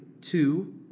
two